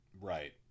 Right